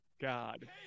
God